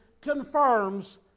confirms